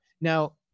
Now